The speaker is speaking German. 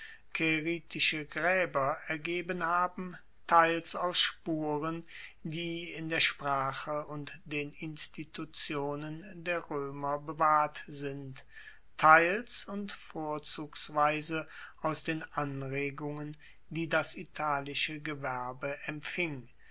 caeritische graeber ergeben haben teils aus spuren die in der sprache und den institutionen der roemer bewahrt sind teils und vorzugsweise aus den anregungen die das italische gewerbe empfing